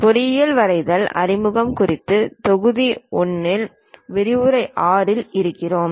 பொறியியல் வரைதல் அறிமுகம் குறித்து தொகுதி 1 விரிவுரை எண் 6 இல் இருக்கிறோம்